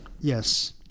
Yes